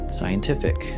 scientific